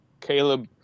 Caleb